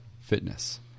fitness